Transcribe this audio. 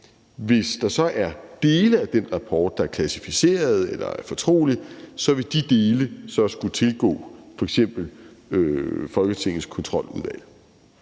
hvis der så er dele af den rapport, der er klassificerede eller fortrolige, vil de dele så skulle tilgå f.eks. Folketingets Kontroludvalg.